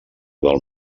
del